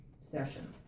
session